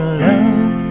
love